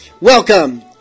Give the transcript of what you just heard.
Welcome